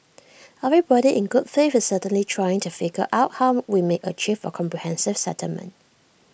everybody in good faith is certainly trying to figure out how we might achieve A comprehensive settlement